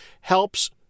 helps